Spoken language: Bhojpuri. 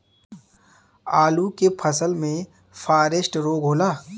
आलू के फसल मे फारेस्ट रोग होला?